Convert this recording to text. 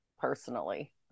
personally